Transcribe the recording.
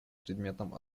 предметом